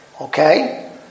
Okay